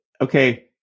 Okay